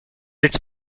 its